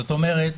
זאת אומרת,